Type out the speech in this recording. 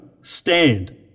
stand